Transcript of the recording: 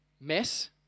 mess